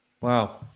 Wow